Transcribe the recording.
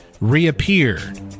Reappeared